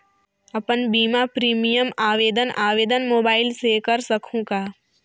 अपन बीमा प्रीमियम आवेदन आवेदन मोबाइल से कर सकहुं का?